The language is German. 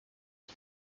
ich